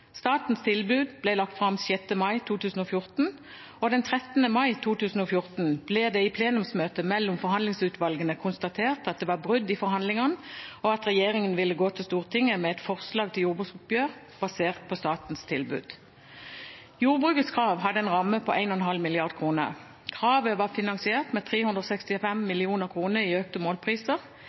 Statens tilbud ble lagt fram 6. mai 2014, og den 13. mai 2014 ble det i plenumsmøte mellom forhandlingsutvalgene konstatert at det var brudd i forhandlingene, og at regjeringen ville gå til Stortinget med et forslag til jordbruksoppgjør basert på statens tilbud. Jordbrukets krav hadde en ramme på 1,5 mrd. kr. Kravet var finansiert med 365 mill. kr i økte målpriser,